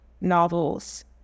novels